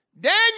Daniel